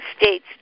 States